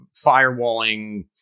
firewalling